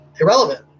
irrelevant